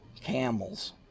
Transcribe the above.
Camels